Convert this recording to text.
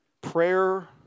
prayer